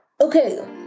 Okay